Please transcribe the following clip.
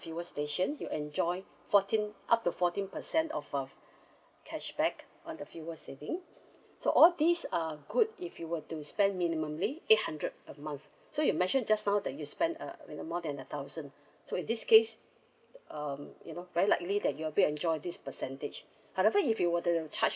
fuel station you enjoy fourteen up to fourteen percent of uh cashback on the fuel saving so all these are good if you were to spend minimally eight hundred a month so you mentioned just now that you spend uh and uh more than a thousand so in this case um you know very likely that you will be enjoy this percentage however if you were to charge